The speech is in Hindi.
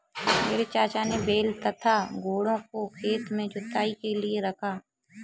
मेरे चाचा ने बैल तथा घोड़ों को खेत की जुताई के लिए रखा है